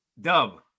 Dub